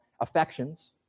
affections